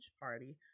party